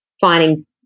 finding